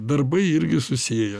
darbai irgi susiję